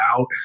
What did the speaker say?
out